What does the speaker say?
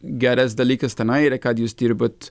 geras dalykas tenai yra ką jūs dirbat